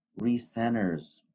recenters